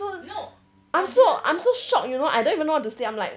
I'm so I'm so shock you know I don't even know what to say I'm like